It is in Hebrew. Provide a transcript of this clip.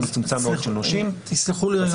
מצומצם מאוד של נושים או סיטואציה --- תסלחו לי,